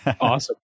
awesome